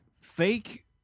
fake